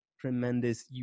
tremendous